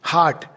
Heart